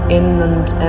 inland